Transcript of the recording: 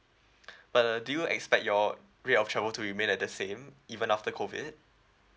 but uh do you expect your rate of travel to remain at the same even after COVID